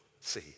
see